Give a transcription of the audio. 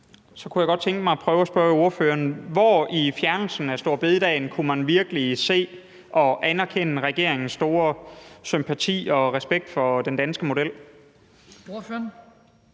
Så kunne jeg godt tænke mig at prøve at spørge ordføreren: Hvor i fjernelsen af store bededag kunne man virkelig se og anerkende regeringens store sympati og respekt for den danske model? Kl.